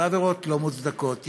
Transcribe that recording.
העבירות לא מוצדקות,